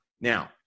Now